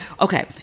Okay